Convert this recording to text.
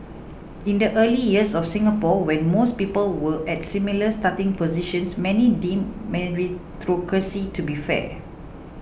in the early years of Singapore when most people were at similar starting positions many deemed meritocracy to be fair